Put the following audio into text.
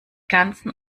ganzen